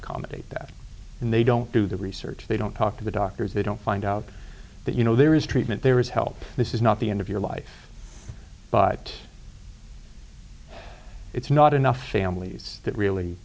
accommodate that and they don't do the research they don't talk to the doctors they don't find out that you know there is treatment there is help this is not the end of your life but it's not enough families that really